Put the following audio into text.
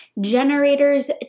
Generators